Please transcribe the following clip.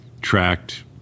tracked